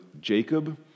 Jacob